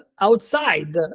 outside